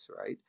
right